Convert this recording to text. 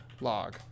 log